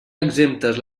exemptes